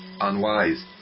unwise